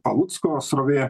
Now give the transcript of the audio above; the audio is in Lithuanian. palucko srovė